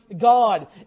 God